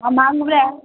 हाँ मांगुर है